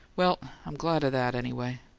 well i'm glad of that, anyway.